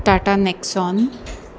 Tata Nexon